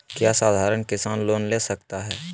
क्या साधरण किसान लोन ले सकता है?